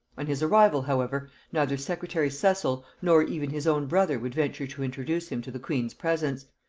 on his arrival, however, neither secretary cecil nor even his own brother would venture to introduce him to the queen's presence,